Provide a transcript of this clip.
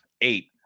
eight